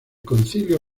concilio